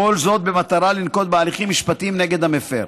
במטרה לנקוט הליכים משפטיים נגד המפר.